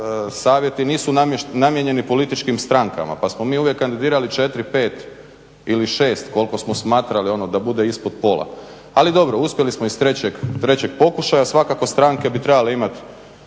savjeti nisu namijenjeni političkim strankama pa smo mi uvijek kandidirali 4, 5 ili 6 koliko smo smatrali evo da bude ispod pola, ali dobro uspjeli smo iz trećeg pokušaja. Svakako stranke bi trebale imati